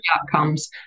outcomes